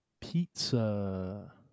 pizza